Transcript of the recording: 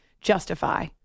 justify